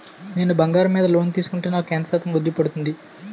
నేను బంగారం మీద లోన్ తీసుకుంటే నాకు ఎంత శాతం వడ్డీ పడుతుంది?